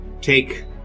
take